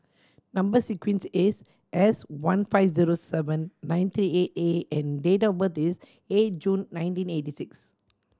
number sequence is S one five zero seven nine three eight A and date of birth is eight June nineteen eighty six